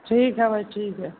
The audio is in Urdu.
ٹھیک ہے بھائی ٹھیک ہے